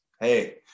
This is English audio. Hey